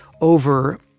over